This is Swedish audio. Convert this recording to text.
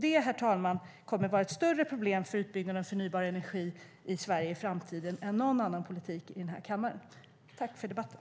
Det, herr talman, kommer att vara ett större problem för utbyggnaden av förnybar energi i Sverige i framtiden än någon annan politik i den här kammaren. Tack för debatten!